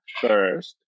first